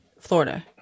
Florida